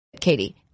Katie